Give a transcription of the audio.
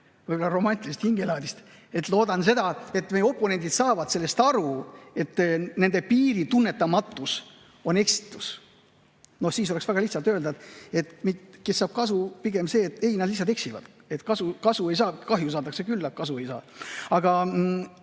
minu romantilisest hingelaadist –, et meie oponendid saavad aru, et nende piiri tunnetamatus on eksitus. No siis oleks väga lihtne öelda, et kes saab kasu. Pigem see, et ei, nad lihtsalt eksivad. Kasu ei saada, kahju saadakse küll, aga kasu ei saada.